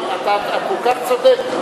אתה כל כך צודק,